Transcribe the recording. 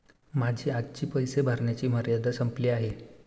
माझी आजची पैसे भरण्याची मर्यादा संपली आहे